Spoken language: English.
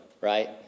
right